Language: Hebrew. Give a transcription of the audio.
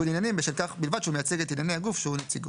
עניינים בשל כך בלבד שהוא מייצג את ענייני הגוף שהוא נציגו.